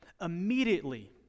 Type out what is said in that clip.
immediately